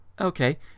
Okay